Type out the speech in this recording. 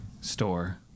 Store